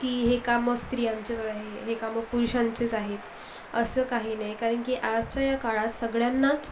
की हे काम स्त्रियांचेच आहे हे काम पुरुषांचेच आहेत असं काही नाही आहे कारण की आजच्या या काळात सगळ्यांनाच